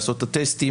לעשות את הטסטים,